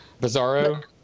Bizarro